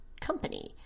company